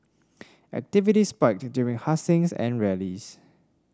activity spiked during hustings and rallies